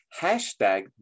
hashtag